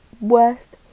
worst